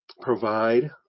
provide